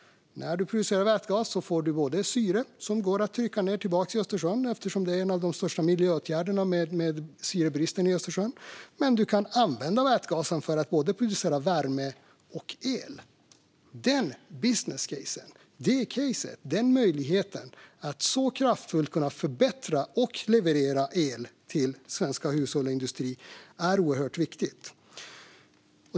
När man producerar vätgas får man syre, som går att trycka tillbaka ned i Östersjön - detta är en av de största miljöåtgärderna med tanke på syrebristen i Östersjön. Man kan också använda vätgasen för att producera både värme och el. Denna möjlighet att så kraftfullt förbättra och leverera el till svenska hushåll och industrier är oerhört viktig.